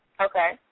Okay